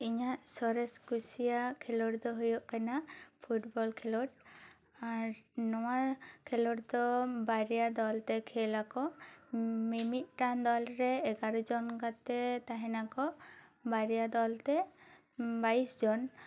ᱤᱧᱟ ᱜ ᱥᱚᱨᱮᱥ ᱠᱩᱥᱤᱭᱟᱜ ᱠᱷᱮᱞᱳᱰ ᱫᱚ ᱦᱳᱭᱳᱜ ᱠᱟᱱᱟ ᱯᱷᱩᱴᱵᱚᱞ ᱠᱷᱮᱞᱳᱰ ᱟᱨ ᱱᱚᱣᱟ ᱠᱷᱮᱞᱳᱰ ᱫᱚ ᱵᱟᱨᱭᱟ ᱫᱚᱞᱛᱮ ᱠᱷᱮᱞ ᱟᱠᱚ ᱢᱤᱼᱢᱤᱫᱴᱟᱝ ᱫᱚᱞ ᱨᱮ ᱮᱜᱟᱨᱳ ᱡᱚᱱ ᱠᱟᱛᱮ ᱛᱟᱦᱮᱱᱟ ᱠᱚ ᱵᱟᱨᱭᱟ ᱫᱚᱞᱛᱮ ᱵᱟᱭᱤᱥ ᱡᱚᱱ